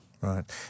Right